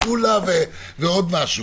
עפולה ועוד משהו,